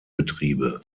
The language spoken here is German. betriebe